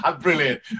Brilliant